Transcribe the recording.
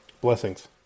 Blessings